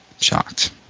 Shocked